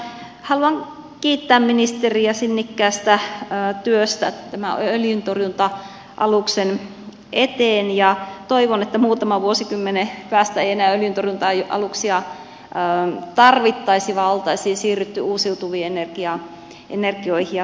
mutta haluan kiittää ministeriä sinnikkäästä työstä öljyntorjunta aluksen eteen ja toivon että muutaman vuosikymmenen päästä ei enää öljyntorjunta aluksia tarvittaisi vaan olisi siirrytty uusiutuviin energioihin ja tuotantomuotoihin